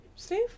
Steve